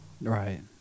Right